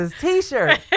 t-shirt